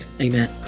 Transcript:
Amen